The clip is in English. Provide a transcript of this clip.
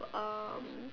um